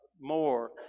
more